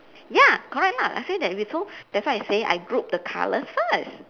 ya correct lah I say that if it so that's why I say I group the colours first